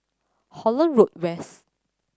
Holland Road West